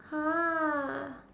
!huh!